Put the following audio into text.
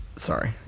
sorry.